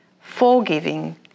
forgiving